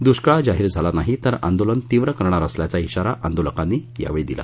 दुष्काळ जाहीर न झाल्यास आंदोलन तीव्र करणार असल्याचा श्रारा आंदोलकांनी यावेळी दिला